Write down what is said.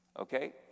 okay